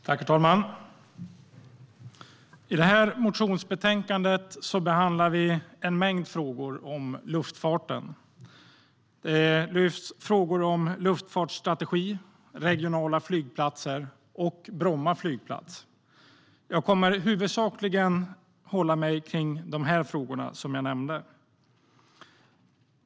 Herr talman! I det här motionsbetänkandet behandlar vi en mängd frågor om luftfarten. Det lyfts frågor om luftfartsstrategi, regionala flygplatser och Bromma flygplats. Jag kommer huvudsakligen att hålla mig till de frågor som jag nämnt.